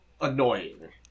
annoying